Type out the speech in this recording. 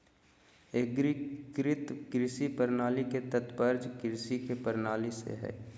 एग्रीकृत कृषि प्रणाली के तात्पर्य कृषि के प्रणाली से हइ